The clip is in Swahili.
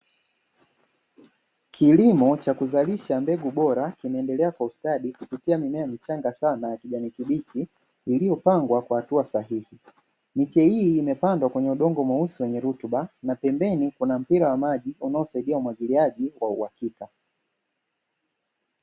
Kilimo cha kuzalisha mbegu bora kinaendelea kwa ustadi, kupitia mimea michanga sana ya kijani kibichi, iliyopangwa kwa hatua sahihi. Miche hii imepandwa kwenye udongo mweusi wenye rutuba, na pembeni kuna mpira wa maji unaosaidia umwagiliaji wa uhakika.